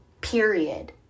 period